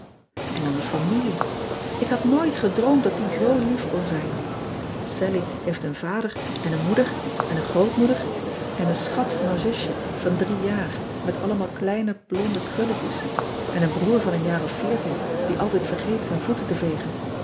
n dan de familie k had nooit gedroomd dat die z lief kon zijn allie heeft een wader en een moeder en een grootmoeder en een schat van een zusje van drie jaar met allemaal kleine blonde krulletjes en een broer van een jaar of die altijd vergeet zijn voeten te vegen